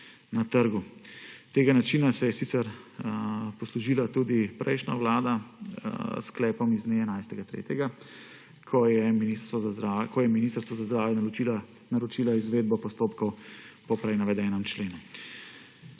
na trgu. Tega načina se je sicer poslužila tudi prejšnja vlada s sklepom z dne 11. 3., ko je Ministrstvu za zdravje naročila izvedbo postopkov po prej navedenem členu.